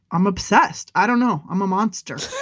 i'm obsessed. i don't know. i'm a monster